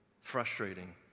frustrating